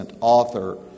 author